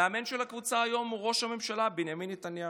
המאמן של הקבוצה היום הוא ראש הממשלה בנימין נתניהו.